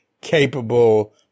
capable